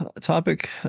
topic